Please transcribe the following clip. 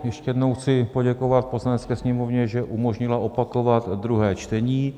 Ještě jednou chci poděkovat Poslanecké sněmovně, že umožnila opakovat druhé čtení.